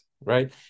right